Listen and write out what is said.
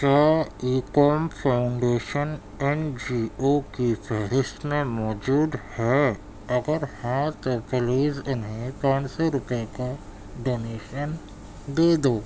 کیا Ekam foundation N G O کی فہرست میں موجود ہیں اگر ہیں تو پلیز انہیں پانچ سو روپئے کا ڈونیشن دے دو